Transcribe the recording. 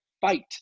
fight